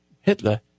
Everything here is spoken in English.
Hitler